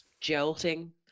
jolting